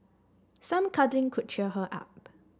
some cuddling could cheer her up